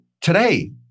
today